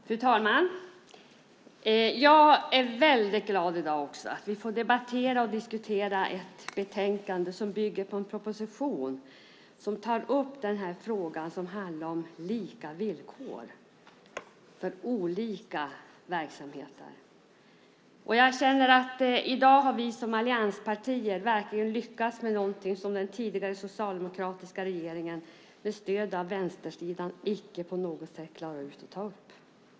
Fru talman! Jag är väldigt glad över att vi i dag får debattera och diskutera ett betänkande som bygger på en proposition som tar upp frågan om lika villkor för olika verksamheter. Jag känner att i dag har vi som allianspartier verkligen lyckats med något som den tidigare socialdemokratiska regeringen med stöd av vänstersidan icke på något sätt klarade att ta upp.